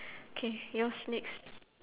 K yours next